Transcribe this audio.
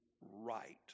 right